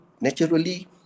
naturally